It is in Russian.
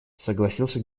согласился